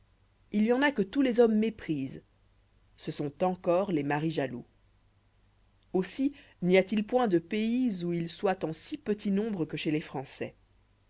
il y en a que tous les hommes méprisent ce sont encore les maris jaloux aussi n'y a-t-il point de pays où ils soient en si petit nombre que chez les françois